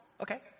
Okay